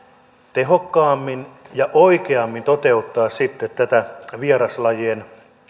tehokkaammin ja oikeammin toteuttaa tätä vieraslajien